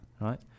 Right